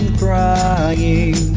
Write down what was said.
crying